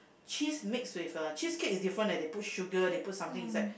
cheese mixed with uh cheese cake is different eh they put sugar they put something is like